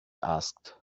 asked